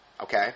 Okay